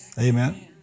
Amen